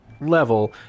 level